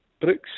Brooks